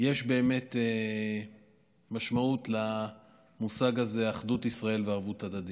יש באמת משמעות למושג אחדות ישראל וערבות הדדית.